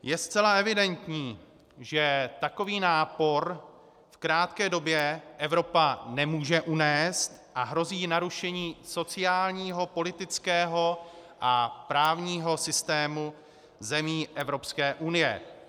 Je zcela evidentní, že takový nápor v krátké době Evropa nemůže unést a hrozí jí narušení sociálního, politického a právního systému zemí Evropské unie.